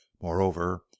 Moreover